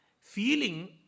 feeling